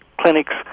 clinics